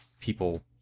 people